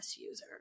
user